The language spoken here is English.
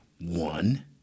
one